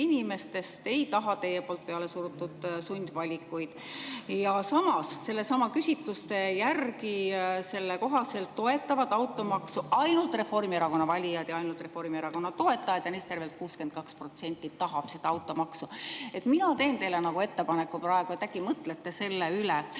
inimestest ei taha teie poolt peale surutud sundvalikuid. Ja samas, nendesamade küsitluste järgi toetavad automaksu ainult Reformierakonna valijad ja ainult Reformierakonna toetajad ja neist tervelt 62% tahab automaksu. Mina teen teile ettepaneku. Äkki mõtlete selle üle.